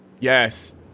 Yes